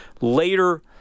later